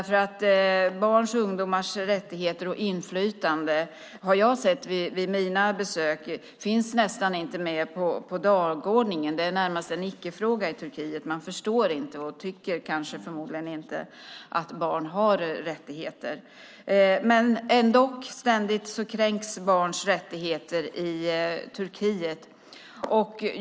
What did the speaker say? För barns och ungdomars rättigheter och inflytande finns nästan inte med på dagordningen - det har jag sett vid mina besök. Det är närmast en icke-fråga i Turkiet. Man förstår inte och tycker förmodligen inte att barn har rättigheter. Barns rättigheter kränks ständigt i Turkiet.